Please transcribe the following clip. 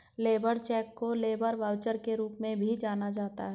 labour cheque को labour voucher के रूप में भी जाना जाता है